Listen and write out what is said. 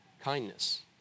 kindness